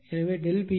எனவே ΔP L 0